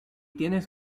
tienes